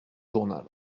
journal